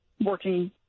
working